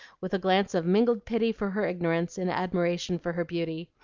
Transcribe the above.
with a glance of mingled pity for her ignorance and admiration for her beauty.